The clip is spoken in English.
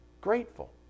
Grateful